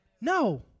No